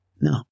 no